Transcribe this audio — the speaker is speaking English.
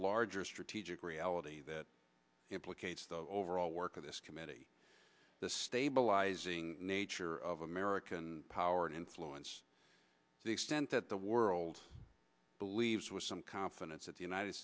larger strategic reality that implicates the overall work of this committee the stabilizing nature of american power and influence the extent that the world believes with some confidence that the united